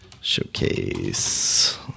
Showcase